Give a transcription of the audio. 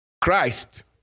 Christ